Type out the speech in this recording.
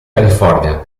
california